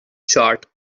chart